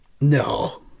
No